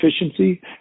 efficiency